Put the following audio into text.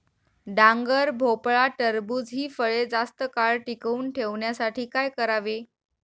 डांगर, भोपळा, टरबूज हि फळे जास्त काळ टिकवून ठेवण्यासाठी काय करावे?